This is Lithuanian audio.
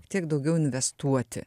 tiek daugiau investuoti